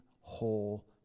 whole